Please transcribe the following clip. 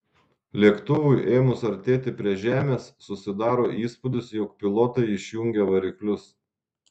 lėktuvui ėmus artėti prie žemės susidaro įspūdis jog pilotai išjungė variklius